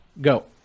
Go